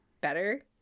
better